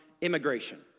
immigration